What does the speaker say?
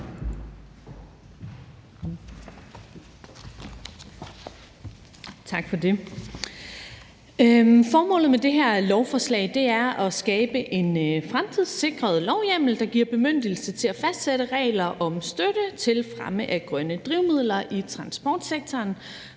Tak for det. Formålet med det her lovforslag er at skabe en fremtidssikret lovhjemmel, der giver bemyndigelse til at fastsætte regler om støtte til fremme af grønne drivmidler i transportsektoren,